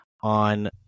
on